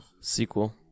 sequel